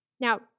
Now